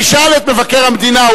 תשאל את מבקר המדינה.